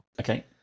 Okay